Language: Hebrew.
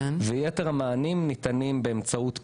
יתר המענים ניתנים באמצעות פנייה,